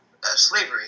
slavery